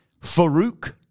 Farouk